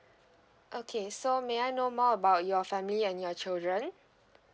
okay so may I know more about your family and your children